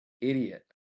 idiot